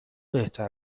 بهتر